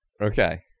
Okay